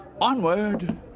Onward